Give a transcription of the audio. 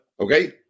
Okay